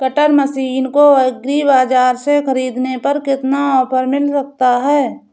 Cutter machine को agri बाजार से ख़रीदने पर कितना ऑफर मिल सकता है?